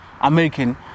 American